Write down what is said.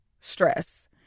Stress